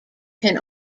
can